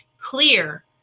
clear